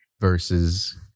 versus